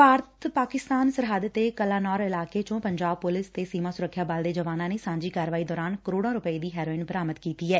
ਭਾਰਤ ਪਾਕਿਸਤਾਨ ਸਰਹੱਦ ਦੇ ਕਲਾਨੌਰ ਇਲਾਕੇ ਚੋ ਪੰਜਾਬ ਪੁਲਿਸ ਤੇ ਸੀਮਾ ਸੁਰੱਖਿਆ ਬਲ ਦੇ ਜਵਾਨ ਨੇ ਸਾਂਝੀ ਕਾਰਵਾਈ ਦੌਰਾਨ ਕਰੋੜਾਂ ਰੁਪਏ ਦੀ ਹੈਰੋਇਨ ਬਰਾਮਦ ਕੀਤੀ ਏ